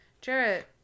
Jarrett